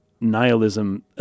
nihilism